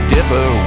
Dipper